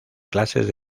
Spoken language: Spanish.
clases